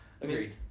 Agreed